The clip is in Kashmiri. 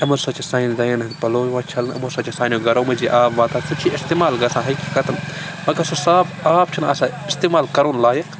یِمو سۭتۍ چھِ سانیٚن زَنیٚن ہٕنٛدۍ پَلو یِوان چھَلنہٕ یِمو سۭتۍ چھِ سانیٚن گَرو منٛز یہِ آب واتان سُہ چھِ استِمال گژھان حقیٖقتاً مگر سُہ صاف آب چھُ نہٕ آسان اِستعمال کَرُن لایق